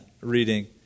reading